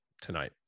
tonight